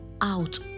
out